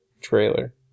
trailer